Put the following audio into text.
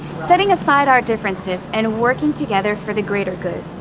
setting aside our differences and working together for the greater good.